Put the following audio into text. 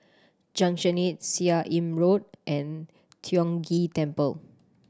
Junction Eight Seah Im Road and Tiong Ghee Temple